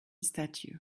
statue